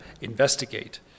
investigate